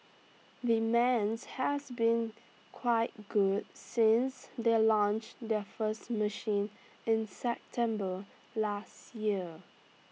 demands has been quite good since they launched their first machine in September last year